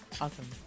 Awesome